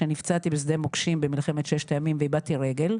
נפצעתי בשדה מוקשים במלחמת ששת הימים ואיבדתי רגל,